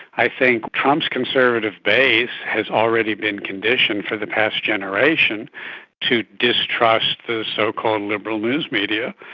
i think trump's conservative base has already been conditioned for the past generation to distrust the so-called liberal news media.